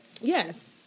Yes